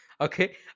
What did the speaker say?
okay